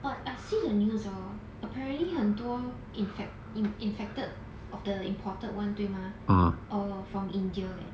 but I see the news hor apparently 很多 infect infected of the imported one 对吗 all from india leh